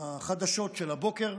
החדשות של הבוקר.